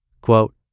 Quote